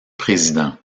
président